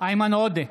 איימן עודה,